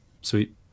Sweet